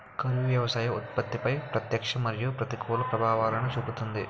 కరువు వ్యవసాయ ఉత్పత్తిపై ప్రత్యక్ష మరియు ప్రతికూల ప్రభావాలను చూపుతుంది